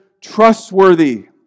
trustworthy